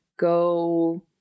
Go